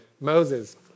Moses